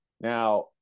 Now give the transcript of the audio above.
Now